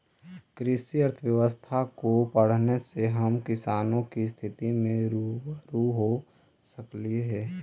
कृषि अर्थशास्त्र को पढ़ने से हम किसानों की स्थिति से रूबरू हो सकली हे